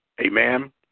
Amen